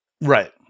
Right